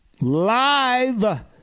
live